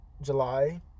July